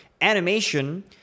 animation